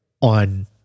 On